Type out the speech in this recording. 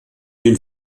den